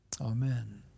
Amen